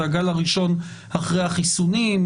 זה היה הגל הראשון אחרי החיסונים,